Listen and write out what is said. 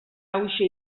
hauxe